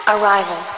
Arrival